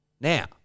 Now